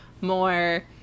more